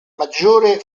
maggiore